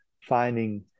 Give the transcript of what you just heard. finding